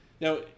Now